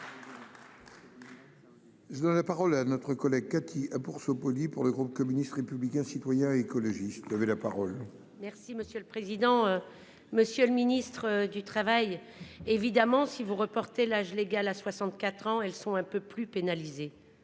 Je donne la parole à notre collègue Cathy pour se polie pour le groupe communiste, républicain, citoyen et écologiste avait la parole. Merci monsieur le président. Monsieur le ministre du Travail. Évidemment si vous reportez l'âge légal à 64 ans, elles sont un peu plus pénalisés